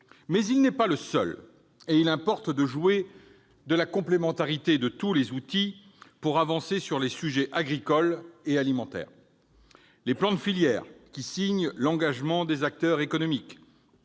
Mais il n'est pas le seul, et il importe de jouer de la complémentarité de tous les outils pour avancer sur les sujets agricoles et alimentaires Je pense notamment aux plans de filière, qui signent l'engagement des acteurs économiques